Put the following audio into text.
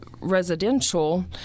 residential